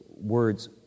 words